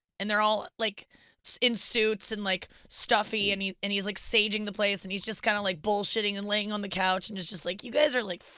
and they're all like in suits and like stuffy and he's and he's like staging the place, and he's just kind of like bullshitting and laying on the couch, and it's just like, you guys are like,